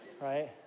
right